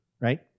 right